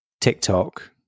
TikTok